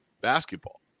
basketball